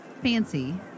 fancy